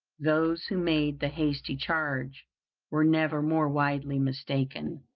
those who made the hasty charge were never more widely mistaken.